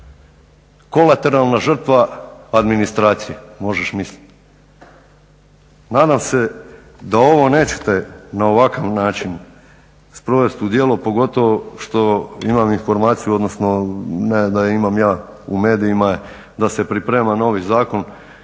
kolateralna žrtva administracije, možeš mislit. Nadam se da ovo nećete na ovakav način sprovest u djelo, pogotovo što imam informaciju, odnosno ne da imam ja, u medijima je, da se priprema novi zakon